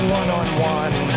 one-on-one